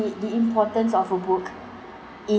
i~ the importance of a book